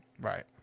Right